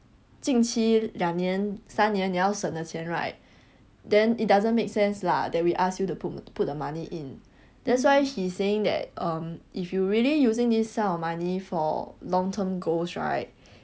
近期两年三年你要省的钱 right then it doesn't make sense lah that we ask you to put put the money in that's why he saying that um if you really using this sum of money for long term goals right